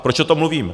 Proč o tom mluvím?